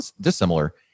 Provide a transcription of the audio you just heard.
dissimilar